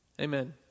Amen